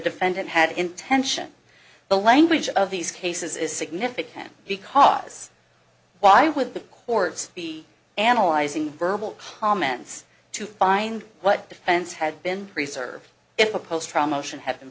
defendant had intention the language of these cases is significant because why would the courts be analyzing verbal comments to find what defense had been preserved if a post from motion have